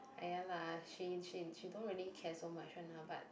ah ya lah she she she don't really care so much one lah but